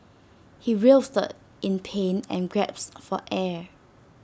he writhed in pain and grasps for air